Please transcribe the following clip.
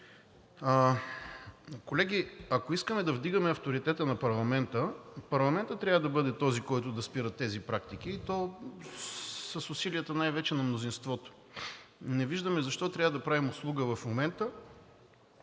Колеги, ако искаме да вдигаме авторитета на парламента, парламентът трябва да бъде този, който да спира тези практики, и то с усилията най-вече на мнозинството. Не виждаме защо трябва да правим услуга в момента,